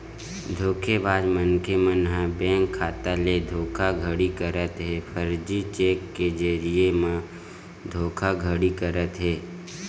धोखेबाज मनखे मन ह बेंक खाता ले धोखाघड़ी करत हे, फरजी चेक के जरिए म धोखाघड़ी करत हे